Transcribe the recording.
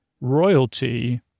royalty